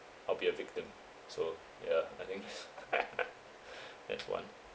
I'll be a victim so ya I think next one